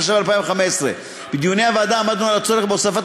התשע"ו 2015. בדיוני הוועדה עמדנו על הצורך בהוספת